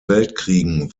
weltkriegen